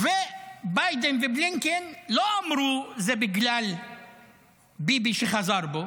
וביידן ובלינקן לא אמרו: זה בגלל ביבי שחזר בו.